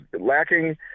lacking